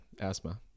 asthma